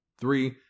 Three